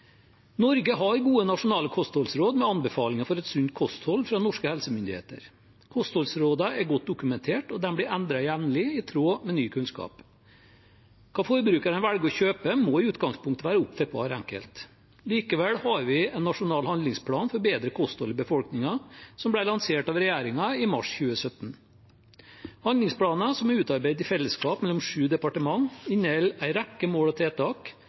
Norge har gode nasjonale kostholdsråd med anbefalinger for et sunt kosthold fra norske helsemyndigheter. Kostholdsrådene er godt dokumentert, og de blir endret jevnlig, i tråd med ny kunnskap. Hva forbrukerne velger å kjøpe, må i utgangspunktet være opp til hver enkelt. Likevel har vi en nasjonal handlingsplan for bedre kosthold i befolkningen, som ble lansert av regjeringen i mars 2017. Handlingsplanen, som er utarbeidet i fellesskap mellom sju departement, inneholder en rekke mål og tiltak,